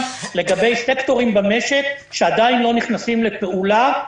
לגבי סקטורים במשק שעדיין לא נכנסים לפעולה,